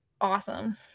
awesome